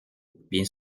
bien